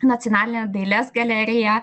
nacionalinę dailės galeriją